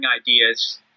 ideas